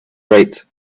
right